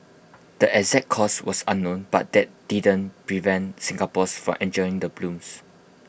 the exact cause was unknown but that didn't prevent Singapore's from enjoying the blooms